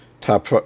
top